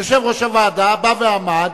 יושב-ראש הוועדה בא ועמד